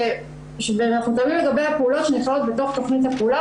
אנחנו מקדמים לגבי הפעולות שנכללות בתוך תכנית הפעולה